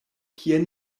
kien